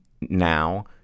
now